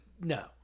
No